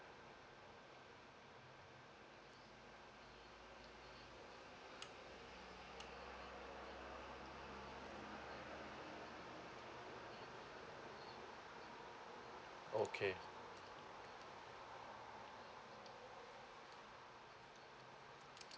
okay